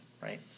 right